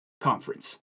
conference